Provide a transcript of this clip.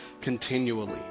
continually